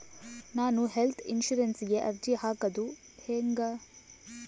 ನಾನು ಹೆಲ್ತ್ ಇನ್ಸುರೆನ್ಸಿಗೆ ಅರ್ಜಿ ಹಾಕದು ಹೆಂಗ?